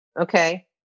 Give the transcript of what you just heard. okay